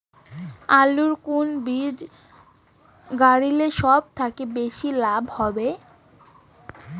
আলুর কুন বীজ গারিলে সব থাকি বেশি লাভ হবে?